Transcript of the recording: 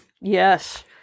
Yes